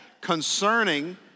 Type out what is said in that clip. Concerning